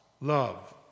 love